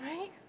Right